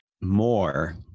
more